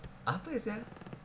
apa sia